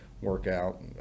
workout